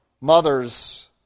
mothers